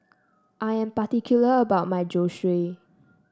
I am particular about my Zosui